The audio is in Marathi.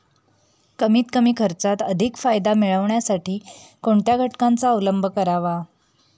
कमीत कमी खर्चात अधिक फायदा मिळविण्यासाठी कोणत्या घटकांचा अवलंब करावा?